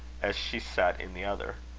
as she sat in the other.